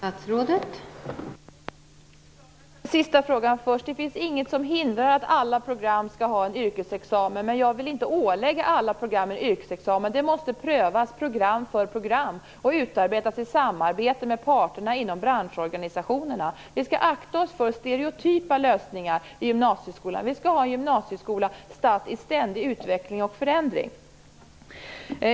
Fru talman! Jag tar den sista frågan först. Det finns inget som hindrar att alla program skall ha en yrkesexamen, men jag vill inte ålägga alla programmen yrkesexamen. Det måste prövas program för program och utarbetas i samarbete med parterna inom branschorganisationerna. Vi skall akta oss för stereotypa lösningar i gymnasieskolan. Vi skall ha en gymnasieskola i ständig utveckling och förändring.